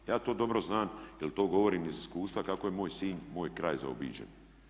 Ja to dobro zna jer to govorim iz iskustva kako je moj Sinj, moj kraj zaobiđen.